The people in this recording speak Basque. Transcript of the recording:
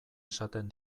esaten